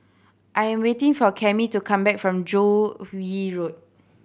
I'm waiting for Cammie to come back from Joo Yee Road